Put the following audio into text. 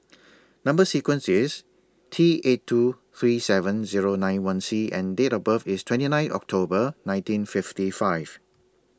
Number sequence IS T eight two three seven Zero nine one C and Date of birth IS twenty nine October nineteen fifty five